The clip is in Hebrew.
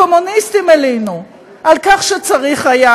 הקומוניסטים הלינו על כך שצריך היה,